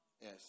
Yes